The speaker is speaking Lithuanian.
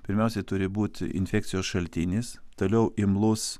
pirmiausiai turi būti infekcijos šaltinis toliau imlus